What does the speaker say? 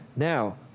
Now